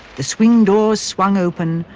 the swing-doors swung open,